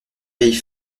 vieille